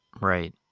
Right